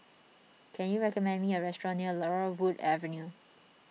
can you recommend me a restaurant near Laurel Wood Avenue